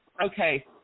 okay